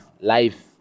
life